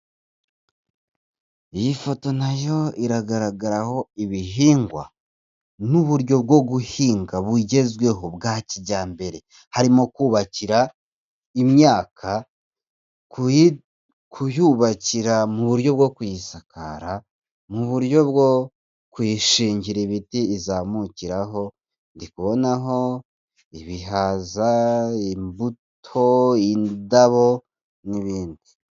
Iyi foto nayo iragaragaraho ibihingwa n'uburyo bwo guhinga bugezweho bwa kijyambere, harimo kubakira imyaka kuyubakira mu buryo bwo kuyisakara, mu buryo bwo kuyishingira ibiti izamukiraho, ndi kubonaho ibihaza, imbuto, indabo n'ibindi.